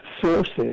sources